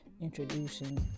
introducing